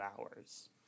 hours